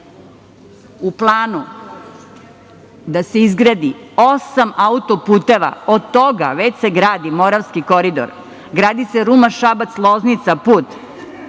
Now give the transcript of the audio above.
U planu je da se izgradi osam autoputeva. Od toga već se gradi „Moravski koridor“, gradi se Ruma–Šabac–Loznica put,